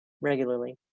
regularly